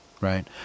right